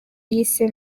yise